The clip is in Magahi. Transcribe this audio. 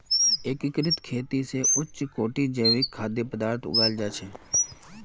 एकीकृत खेती स उच्च कोटिर जैविक खाद्य पद्दार्थ उगाल जा छेक